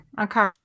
Okay